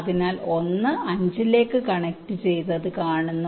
അതിനാൽ 1 5 ലേക്ക് കണക്റ്റുചെയ്തത് കാണുന്നു